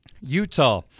Utah